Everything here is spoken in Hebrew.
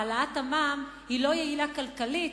העלאת המע"מ לא יעילה כלכלית,